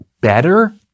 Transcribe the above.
better